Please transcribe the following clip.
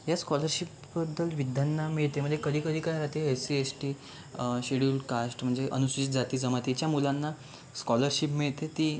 ह्या स्कॉलरशिपबद्दल विध्यांना मिळते म्हणजे कधी कधी काय राहते S C S T schedule caste म्हणजे अनुसूचित जाती जमातीच्या मुलांना स्कॉलरशिप मिळते ती